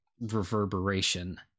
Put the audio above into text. reverberation